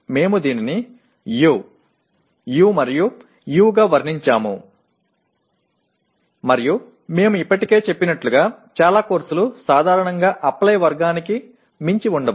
మేము దీనిని U U మరియు U గా వర్ణించాము మరియు మేము ఇప్పటికే చెప్పినట్లుగా చాలా కోర్సులు సాధారణంగా అప్లై వర్గానికి మించి ఉండవు